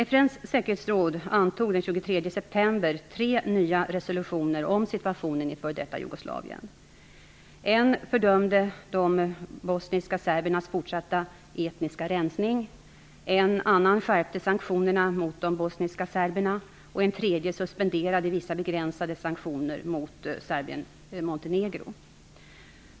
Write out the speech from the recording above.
FN:s säkerhetsråd antog den 23 september tre nya resolutioner om situationen i f.d. Jugoslavien. I en första resolution fördömdes de bosniska serbernas fortsatta etniska rensning, i en andra skärptes sanktionerna mot de bosniska serberna och i en tredje suspenderades vissa begränsade sanktioner mot Serbien-Montenegro.